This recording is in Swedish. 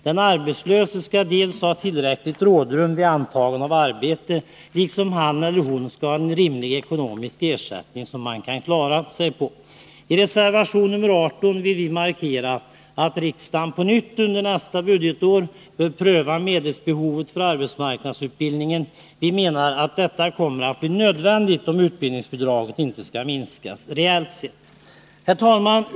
Den arbetslöse skall ha tillräckligt rådrum vid antagande av arbete, liksom han eller hon skall ha en rimlig ekonomisk ersättning som man kan klara sig på. I reservation 18 vill vi markera att riksdagen under nästa budgetår på nytt bör pröva medelsbehovet för arbetsmarknadsutbildningen. Vi menar att detta kommer att bli nödvändigt om utbildningsbidraget inte skall minska reellt sett. Herr talman!